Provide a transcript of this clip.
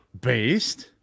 based